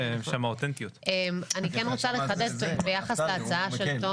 אני כן רוצה לחדד, ביחס להצעה של תומר.